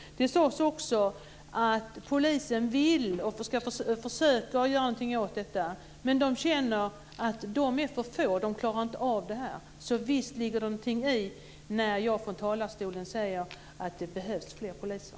Det sades också att polisen vill och försöker göra någonting åt detta, men de känner att de är för få, de klarar inte av det. Så visst ligger det någonting i när jag från talarstolen säger att det behövs fler poliser.